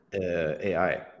AI